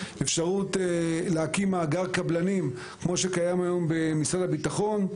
אפשרות להקים מאגר קבלנים כמו שקיים היום במשרד הביטחון,